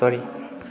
sorry